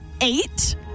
eight